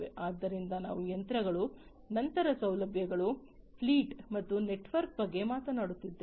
ಆದ್ದರಿಂದ ನಾವು ಯಂತ್ರಗಳು ನಂತರ ಸೌಲಭ್ಯಗಳು ಫ್ಲೀಟ್ ಮತ್ತು ನೆಟ್ವರ್ಕ್ ಬಗ್ಗೆ ಮಾತನಾಡುತ್ತಿದ್ದೇವೆ